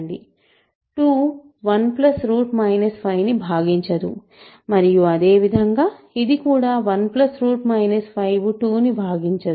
2 1 5 ని భాగించదు మరియు అదే విధంగా ఇది కూడా 1 5 2 ని భాగించదు